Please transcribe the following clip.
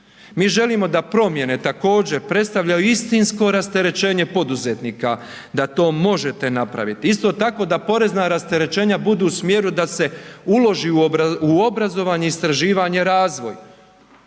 Mi želimo da promjene također predstavljaju istinsko rasterećenje poduzetnika, da to možete napraviti. Isto tako, da porezna rasterećenja budu u smjeru da se uloži u obrazovanje, istraživanja, razvoj.